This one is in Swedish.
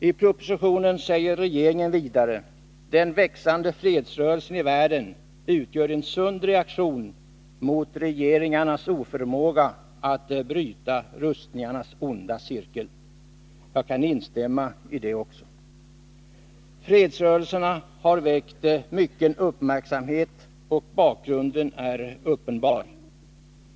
I propositionen säger regeringen vidare: ”Den växande fredsrörelsen i världen utgör en sund reaktion mot regeringarnas oförmåga att bryta rustningarnas onda cirkel.” Jag kan instämma i det. Fredsrörelserna har väckt mycken uppmärksamhet, och bakgrunden är uppenbar.